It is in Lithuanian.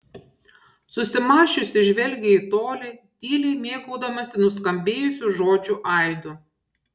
susimąsčiusi žvelgė į tolį tyliai mėgaudamasi nuskambėjusių žodžių aidu